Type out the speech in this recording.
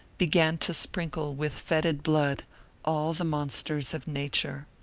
began to sprinkle with fetid blood all the monsters of nature.